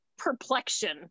perplexion